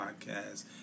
podcast